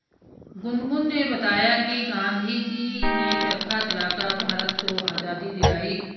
गुनगुन ने बताया कि गांधी जी ने चरखा चलाकर भारत को आजादी दिलाई